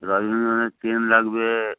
রজনীগন্ধার স্টিক লাগবে